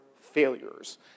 failures